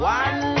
one